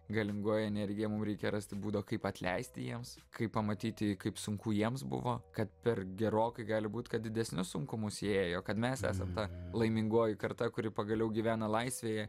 galingoji energija mum reikia rasti būdą o kaip atleisti jiems kaip pamatyti kaip sunku jiems buvo kad per gerokai gali būti kad didesnius sunkumus jie ėjo kad mes esam ta laimingoji karta kuri pagaliau gyvena laisvėje